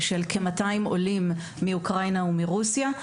מדובר ב-200 עולים מאוקראינה ומרוסיה,